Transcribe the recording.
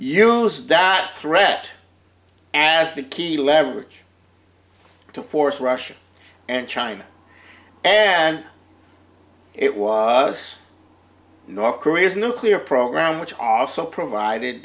use that threat as the key leverage to force russia and china and it was north korea's nuclear program which also provided